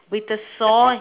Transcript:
with a saw